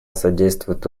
содействует